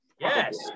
Yes